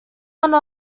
one